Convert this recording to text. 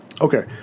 Okay